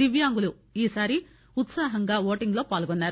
దివ్యాంగులు ఈసారి ఉత్పాహంగా ఓటింగ్లో పాల్గొన్సారు